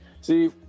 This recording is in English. see